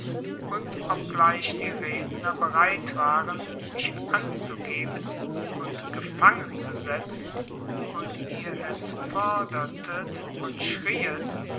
und obgleich die redner bereit waren mich anzugeben und gefangen zu setzen und ihr es fordertet und schrieet